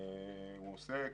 הוא עוסק